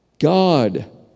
God